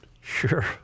Sure